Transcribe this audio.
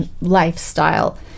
lifestyle